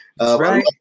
right